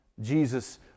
Jesus